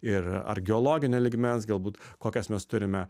ir ar geologinio lygmens galbūt kokias mes turime